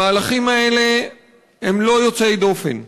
המהלכים האלה הם לא יוצאי דופן,